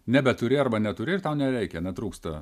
nebeturi arba neturi ir tau nereikia netrūksta